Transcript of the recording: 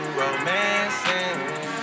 romancing